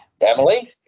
Emily